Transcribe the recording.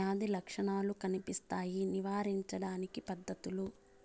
వ్యాధి లక్షణాలు కనిపిస్తాయి నివారించడానికి పద్ధతులు?